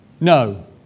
No